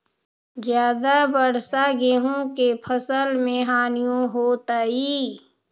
ज्यादा वर्षा गेंहू के फसल मे हानियों होतेई?